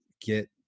get